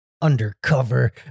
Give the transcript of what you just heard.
undercover